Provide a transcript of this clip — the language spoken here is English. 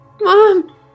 Mom